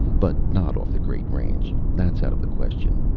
but not off the great range, that's out of the question.